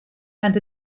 and